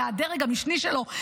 אלא הדרג המשני שלו?